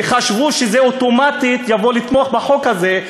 וחשבו שזה אוטומטית לבוא לתמוך בחוק הזה,